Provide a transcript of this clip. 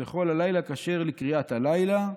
וכל הלילה כשר לקריאת הלילה,